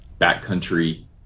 backcountry